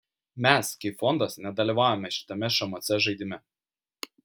mes kaip fondas nedalyvavome šitame šmc žaidime